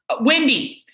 Wendy